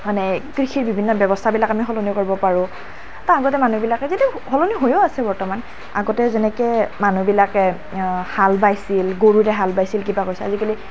মানে কৃষিৰ বিভিন্ন ব্যৱস্থাবিলাক আমি সলনি কৰিব পাৰোঁ তাৰ আগতে মানুহবিলাকে যদিও সলনি হয়ো আছে বৰ্তমান আগতে যেনেকৈ মানুহবিলাকে হাল বাইছিল গৰুৰে হাল বাইছিল কিবা কৰিছিল আজিকালি